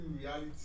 reality